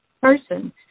person